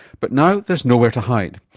but now there's nowhere to hide.